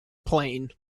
plain